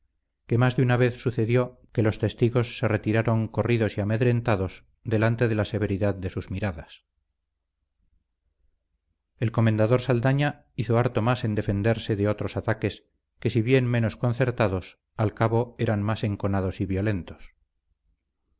que más de una vez sucedió que los testigos se retiraron corridos y amedrentados delante de la severidad de sus miradas el comendador saldaña hizo harto más en defenderse de otros ataques que si bien menos concertados al cabo eran más enconados y violentos